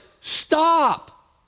stop